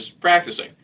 practicing